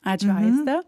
ačiū aiste